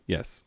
Yes